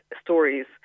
stories